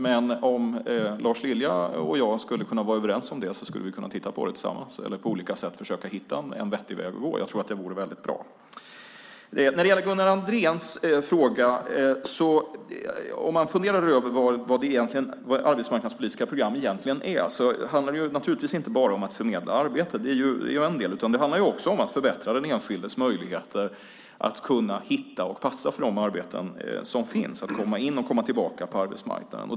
Men om Lars Lilja och jag skulle kunna vara överens skulle vi tillsammans kunna titta på detta eller på olika sätt försöka hitta en vettig väg att gå. Jag tror att det skulle vara väldigt bra. När det gäller Gunnar Andréns fråga och om man funderar på vad arbetsmarknadspolitiska program egentligen är: Naturligtvis handlar det inte bara om att förmedla arbete - dock är det en del - utan också om att förbättra den enskildes möjligheter att hitta och att passa för de arbeten som finns, om möjligheterna att komma in och att komma tillbaka på arbetsmarknaden.